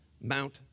Mount